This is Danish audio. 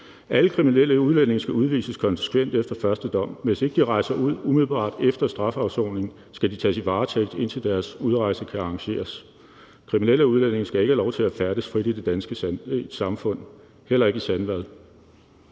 alle kriminelle udlændinge udvises konsekvent efter første dom. Hvis ikke de rejser ud umiddelbart efter strafafsoning, skal de tages i varetægt, indtil deres udrejse kan arrangeres. Kriminelle udlændinge skal ikke have lov til at færdes frit i det danske samfund, heller ikke i Sandvad.